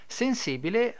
sensibile